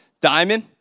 Diamond